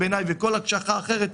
וכל הקשחה אחרת,